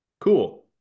Cool